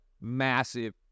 massive